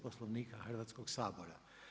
Poslovnika Hrvatskog sabora.